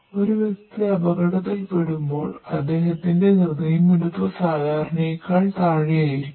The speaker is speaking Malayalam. ഒരു വ്യക്തി അപകടത്തിൽപ്പെടുമ്പോൾ അദ്ദേഹത്തിന്റെ ഹൃദയമിടിപ്പ് സാധാരണയേക്കാൾ താഴെയായിരിക്കും